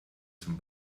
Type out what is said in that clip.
zum